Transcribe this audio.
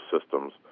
systems